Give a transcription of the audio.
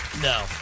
No